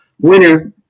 winner